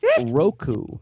Roku